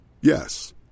Yes